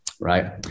Right